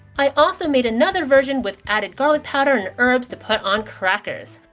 i also made another version with added garlic powder and herbs to put on crackers.